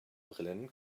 brillen